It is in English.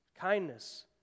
kindness